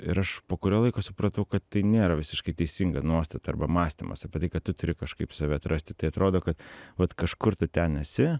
ir aš po kurio laiko supratau kad tai nėra visiškai teisinga nuostata arba mąstymas apie tai kad tu turi kažkaip save atrasti tai atrodo kad vat kažkur tu ten esi